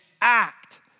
act